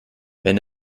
wenn